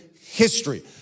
history